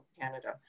Canada